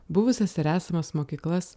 buvusias ir esamas mokyklas